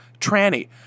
Tranny